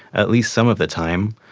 at least some of the time.